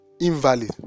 invalid